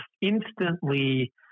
instantly